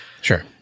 Sure